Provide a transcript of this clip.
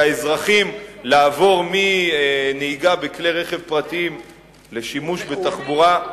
האזרחים לעבור מנהיגה בכלי-רכב פרטיים לשימוש בתחבורה,